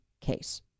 case